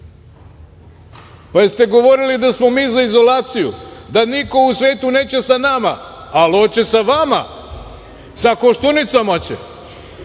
Pa, jeste govorili da smo mi za izolaciju, da niko u svetu neće sa nama, ali hoće sa vama, sa Koštunicom hoće.